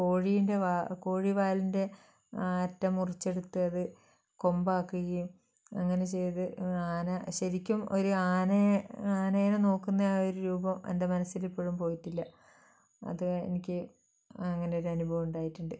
കോഴീൻ്റെ കോഴിവാലിൻ്റെ അറ്റം മുറിച്ചെടുത്ത് അത് കൊമ്പാക്കുകയും അങ്ങനെ ചെയ്ത് ആന ശരിക്കും ഒരു ആനയെ ആനേന നോക്കുന്ന ആ ഒരു രൂപം എൻ്റെ മനസ്സിൽ ഇപ്പോഴും പോയിട്ടില്ല അത് എനിക്ക് അങ്ങനെ ഒരു അനുഭവം ഉണ്ടായിട്ടുണ്ട്